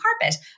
carpet